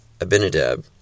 Abinadab